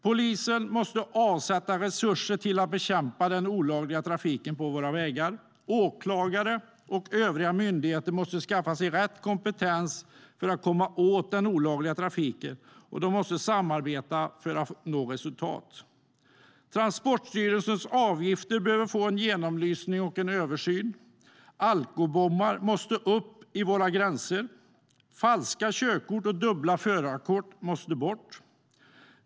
Polisen måste också avsätta resurser för att bekämpa den olagliga trafiken på våra vägar. Åklagare och övriga myndigheter måste skaffa sig rätt kompetens för att komma åt den olagliga trafiken, och de måste samarbeta för att nå resultat. Transportstyrelsens avgifter behöver få en genomlysning och en översyn. Alkobommar måste upp vid våra gränser, och falska körkort och dubbla förarkort måste bort.